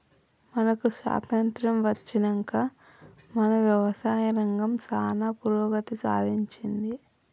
మనకు స్వాతంత్య్రం అచ్చినంక మన యవసాయ రంగం సానా పురోగతి సాధించింది